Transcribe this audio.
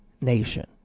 nation